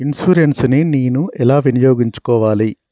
Insurance ని నేను ఎలా వినియోగించుకోవాలి?